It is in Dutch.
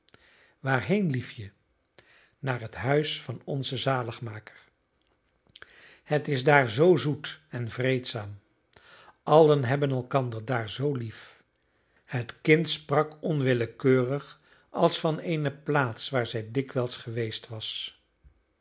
waarheen liefje naar het huis van onzen zaligmaker het is daar zoo zoet en vreedzaam allen hebben elkander daar zoo lief het kind sprak onwillekeurig als van eene plaats waar zij dikwijls geweest was